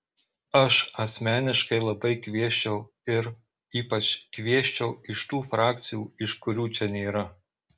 aš asmeniškai labai kviesčiau ir ypač kviesčiau iš tų frakcijų iš kurių čia nėra